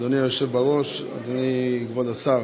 אדוני היושב בראש, אדוני כבוד השר,